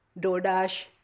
DoorDash